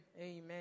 Amen